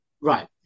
right